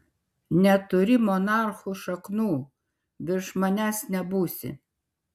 neturi monarchų šaknų virš manęs nebūsi